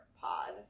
pod